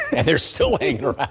and there's still anger oh